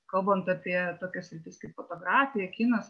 kalbant apie tokias sritis kaip fotografija kinas